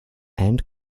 and